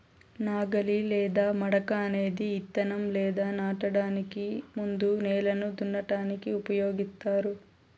నాగలి లేదా మడక అనేది ఇత్తనం లేదా నాటడానికి ముందు నేలను దున్నటానికి ఉపయోగిస్తారు